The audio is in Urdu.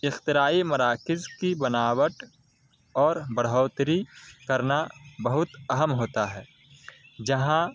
اختراعی مراکز کی بناوٹ اور بڑھوتری کرنا بہت اہم ہوتا ہے جہاں